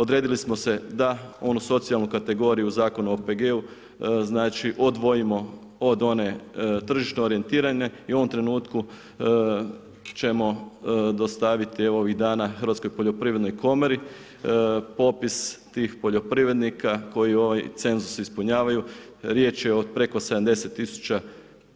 Odredili smo se da onu socijalnu kategoriju Zakon o OPG-u znači odvojimo od one tržišno orijentirane i u ovom trenutku ćemo dostaviti ovih dana hrvatskoj poljoprivrednoj komori popis tih poljoprivrednika koji ovaj cenzus ispunjavaju, riječ je o preko 70 000